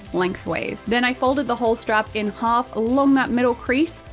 length ways. then i folded the whole strap in half along that middle crease,